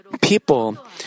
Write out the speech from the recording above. people